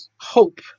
hope